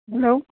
hello